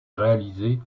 réalisée